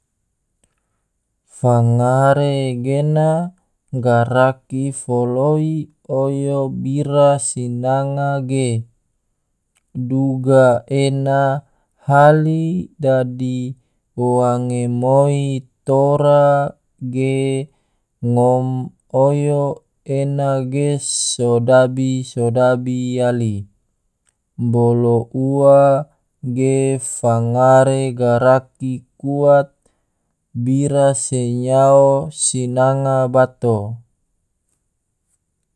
Fangare gena garaki foloi oyo bira sinanga ge, duga ena hali dadi wange moi tora ge ngom oyo ena ge sodabi-sodabi yali, bolo ua ge fangare garaki kuat bira se nyao sinanga bato.